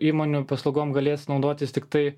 įmonių paslaugom galės naudotis tiktai